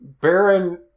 Baron